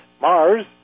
Mars